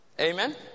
Amen